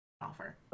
offer